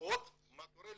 ולהראות מה קורה.